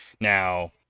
Now